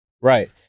Right